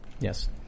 Yes